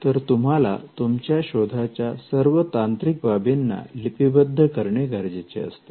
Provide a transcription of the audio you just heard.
तर तुम्हाला तुमच्या शोधाच्या सर्व तांत्रिक बाबींना लिपिबद्ध करणे गरजेचे असते